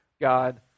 God